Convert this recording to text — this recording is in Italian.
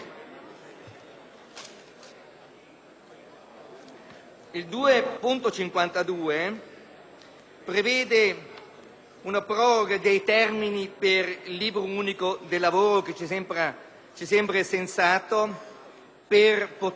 - prevedeva una proroga dei termini per il libro unico del lavoro che ci sembrava sensata per poter meglio organizzare